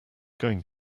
going